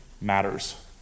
matters